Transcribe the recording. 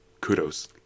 Kudos